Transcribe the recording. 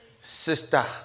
sister